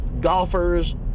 golfers